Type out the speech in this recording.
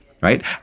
right